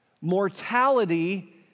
Mortality